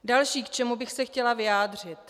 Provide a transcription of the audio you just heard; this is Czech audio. Další, k čemu bych se chtěla vyjádřit.